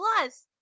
Plus